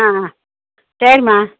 ஆ ஆ சரிம்மா